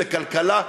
לכלכלה,